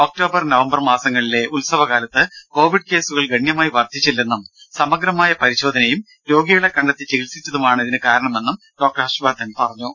October November മാസങ്ങളിലെ ഉത്സവകാലത്ത് Covid കേസുകൾ ഗണ്യമായി വർദ്ധിച്ചില്ലെന്നും സമഗ്രമായ പരിശോധനയും രോഗികളെ കണ്ടെത്തി ചികിത്സിച്ചതുമാണ് ഇതിന് കാരണമെന്നും ഡോക്ടർ ഹർഷവർദ്ധൻ അറിയിച്ചു